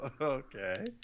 Okay